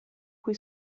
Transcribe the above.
cui